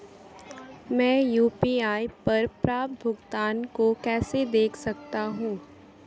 मैं यू.पी.आई पर प्राप्त भुगतान को कैसे देख सकता हूं?